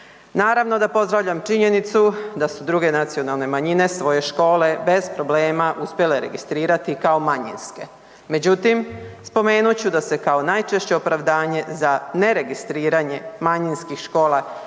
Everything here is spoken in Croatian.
Naravno da pozdravljam činjenicu da su druge nacionalne manjine svoje škole bez problema uspjele registrirati kao manjinske, međutim, spomenut ću da se kao najčešće opravdanje za neregistriranje manjinskih škola